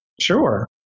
Sure